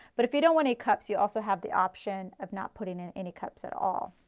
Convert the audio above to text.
but if you donit want any cups, you also have the option of not putting and any cups at all.